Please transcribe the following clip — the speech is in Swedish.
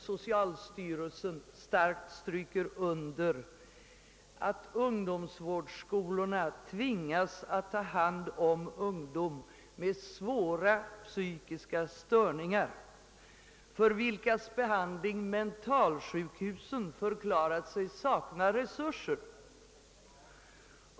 Socialstyrelsen stryker starkt under att ungdomsvårdsskolorna tvingas ta hand om ungdomar med svåra psykiska störningar, för vilkas behandling mentalsjukhusen förklarat sig sakna resur ser.